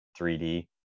3d